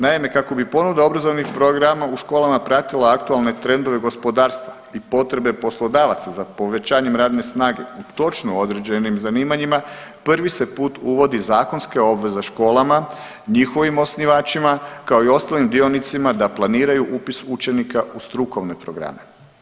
Naime, kako bi ponuda obrazovnih programa u školama pratila aktualne trendove gospodarstva i potrebe poslodavaca za povećanjem radne snage u točno određenim zanimanjima prvi se put uvodi zakonska obveza školama, njihovim osnivačima kao i ostalim dionicima da planiraju upis učenika u strukovne programe.